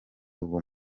uwo